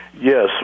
Yes